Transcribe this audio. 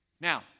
Now